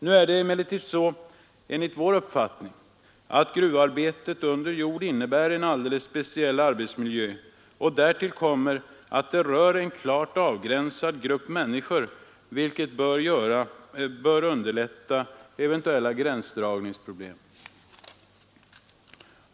Nu är det emellertid så, enligt vår uppfattning, att gruvarbete under jord innebär en alldeles speciell arbetsmiljö, därtill kommer att det rör en klart avgränsad grupp människor, vilket bör underlätta eventuella gränsdragningsproblem.